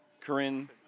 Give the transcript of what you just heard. Corinne